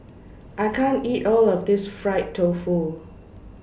I can't eat All of This Fried Tofu